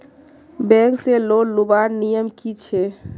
Bank से loan लुबार नियम की छे?